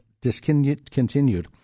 discontinued